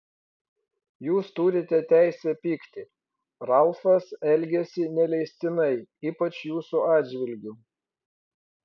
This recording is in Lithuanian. jūs turite teisę pykti ralfas elgėsi neleistinai ypač jūsų atžvilgiu